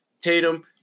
Tatum